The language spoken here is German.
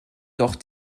doch